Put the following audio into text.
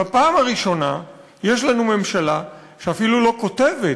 בפעם הראשונה יש לנו ממשלה שאפילו לא כותבת,